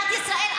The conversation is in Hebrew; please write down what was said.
מדינת ישראל,